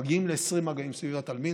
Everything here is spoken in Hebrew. מגיעים ל-20 מגעים סביב התלמיד,